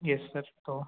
yes sir तो